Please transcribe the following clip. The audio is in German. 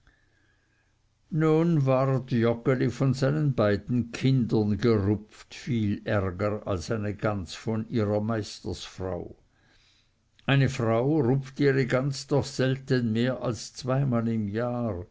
nun ward joggeli von seinen beiden kindern gerupft viel ärger als eine gans von ihrer meisterfrau eine frau rupft ihre gans doch selten mehr als zweimal im jahre